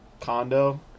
condo